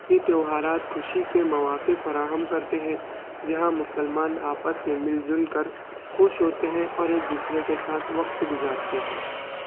یہ تیوہارات خوشی کے مواقع فراہم کرتے ہیں جہاں مسلمان آپس میں مل جل کر خوش ہوتے ہیں اور ایک دوسرے کے ساتھ وقت گزارتے ہیں